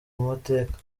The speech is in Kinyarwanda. mateka